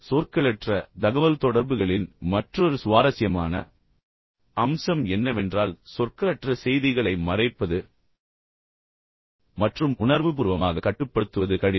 சொற்களற்ற தகவல்தொடர்புகளின் மற்றொரு சுவாரஸ்யமான அம்சம் என்னவென்றால் சொற்களற்ற செய்திகளை மறைப்பது மற்றும் உணர்வுபூர்வமாக கட்டுப்படுத்துவது கடினம்